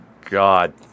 god